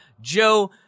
Joe